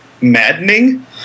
maddening